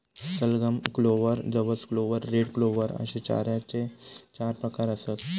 सलगम, क्लोव्हर, जवस clover, red clover अश्ये चाऱ्याचे चार प्रकार आसत